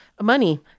Money